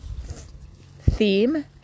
theme